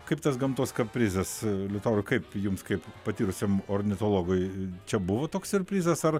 kaip tas gamtos kaprizas liutaurai kaip jums kaip patyrusiam ornitologui čia buvo toks siurprizas ar